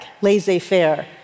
laissez-faire